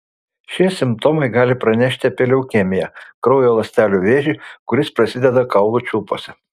šie simptomai gali pranešti apie leukemiją kraujo ląstelių vėžį kuris prasideda kaulų čiulpuose